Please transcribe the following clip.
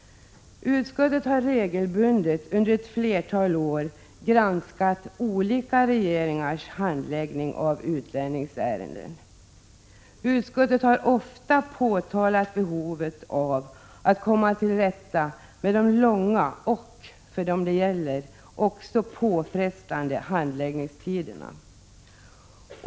Utskottet har regelbundet under ett flertal år granskat olika regeringars handläggning av utlänningsärenden och har ofta påtalat behovet av att komma till rätta med de långa och — för dem det gäller — också påfrestande handläggningstiderna.